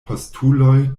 postuloj